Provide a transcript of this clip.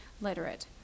literate